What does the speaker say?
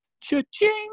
cha-ching